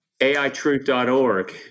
Aitruth.org